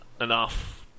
enough